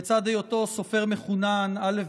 בצד היותו סופר מחונן, א.